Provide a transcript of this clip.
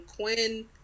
Quinn